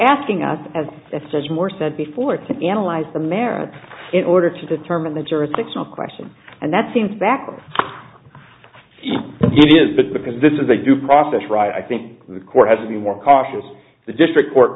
asking us as if there's more said before to analyze the merits in order to determine the jurisdictional question and that seems backwards it is because this is a due process right i think the court has to be more cautious the district court